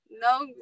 no